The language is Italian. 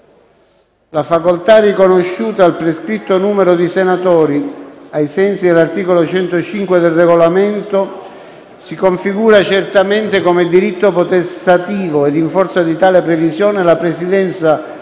La facoltà riconosciuta al prescritto numero di senatori, ai sensi dell'articolo 105 del Regolamento, si configura certamente come diritto potestativo e in forza di tale previsione la Presidenza